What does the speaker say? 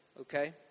Okay